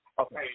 Okay